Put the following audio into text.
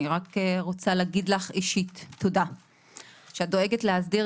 אני רק רוצה להגיד לך אישית תודה שאת דואגת להסדיר